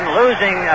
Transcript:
losing